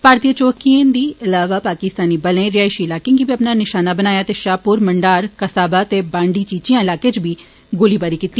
भारतीय चौकिएं दी इलावा पाकिस्तानी बलें रिहायषी इलाकें गी बी अपना निषाना बनाया ते षाहपुर मंडार कास्बा ते बांडी चिघियां इलाकें च बी गोलीबारी कीती